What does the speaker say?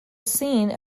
scene